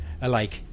alike